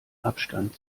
abstand